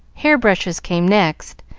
hair-brushes came next,